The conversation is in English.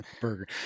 Burger